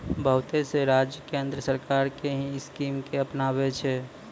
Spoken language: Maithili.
बहुत से राज्य केन्द्र सरकार के ही स्कीम के अपनाबै छै